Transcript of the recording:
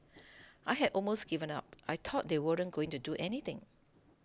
I had almost given up I thought they weren't going to do anything